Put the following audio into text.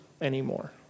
anymore